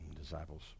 Disciples